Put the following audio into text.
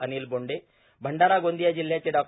अनिल बोडे मंडारा गोंदिया जिल्ह्याचे डॉ